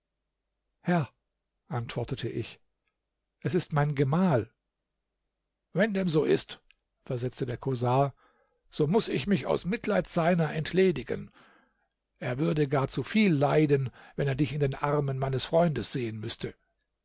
herr antwortete ich es ist mein gemahl wenn dem so ist versetzte der korsar so muß ich mich aus mitleid seiner entledigen er würde gar zuviel leiden wenn er dich in den armen meines freundes sehen müßte